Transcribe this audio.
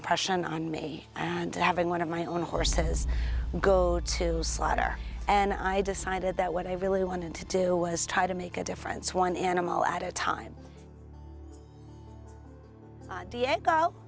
impression on me and having one of my own horses go to slaughter and i decided that what i really wanted to do was try to make a difference one animal at a time